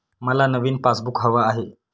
मला नवीन पासबुक हवं आहे